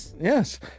Yes